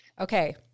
Okay